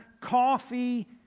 coffee